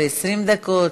ל-20 דקות,